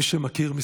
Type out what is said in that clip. מי שמכיר,